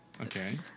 Okay